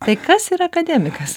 tai kas yra akademikas